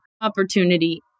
opportunity